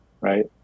Right